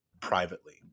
privately